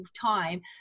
time